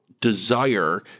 desire